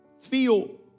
Feel